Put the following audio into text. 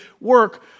work